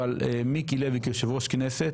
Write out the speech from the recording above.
אבל מיקי לוי כיושב ראש כנסת